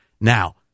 Now